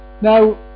Now